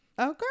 Okay